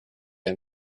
ein